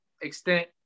extent